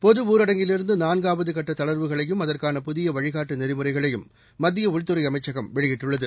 பொது ஊரடங்கிலிருந்து நான்காவது கட்ட தளர்வுகளையும் அதற்கான புதிய வழிகாட்டு நெறிமுறைகளையும் மத்திய உள்துறை அமைச்சகம் வெளியிட்டுள்ளது